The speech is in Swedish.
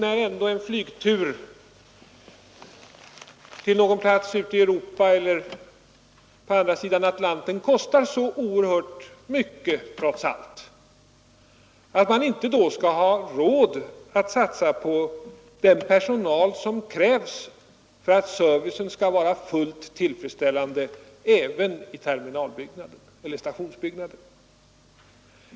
När en flygtur till någon plats ute i Europa eller på andra sidan Atlanten ändå kostar så oerhört mycket, är det trots allt rätt märkligt att man inte skall ha råd att satsa på den personal som krävs för att servicen skall vara fullt tillfredsställande även i stationsbyggnaden.